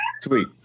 Sweet